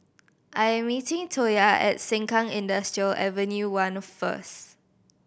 I'm meeting Toya at Sengkang Industrial Avenue One first